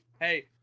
Hey